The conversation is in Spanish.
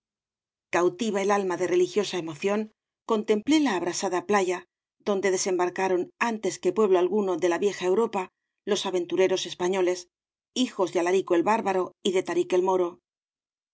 cautiva el alma de religiosa emoción contemplé la abrasada playa donde desembarcaron antes que pueblo alguno de la vieja europa los aventuros españoles hijos de alarico el bárbaro y de tarik el moro